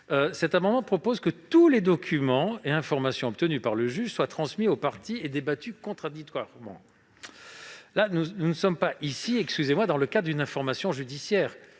: il y est proposé que tous les documents et informations obtenus par le juge soient transmis aux parties et débattus contradictoirement. Nous ne sommes pas ici dans le cadre d'une information judiciaire.